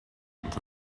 until